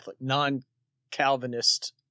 non-Calvinist